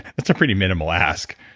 it's a pretty minimal ask.